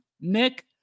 Nick